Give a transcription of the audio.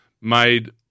made